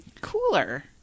cooler